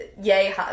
yay